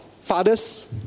fathers